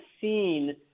seen